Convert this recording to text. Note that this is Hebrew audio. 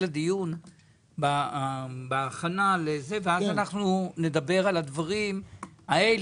הדיון בהכנה ואז אנחנו נדבר על הדברים האלה,